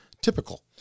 typical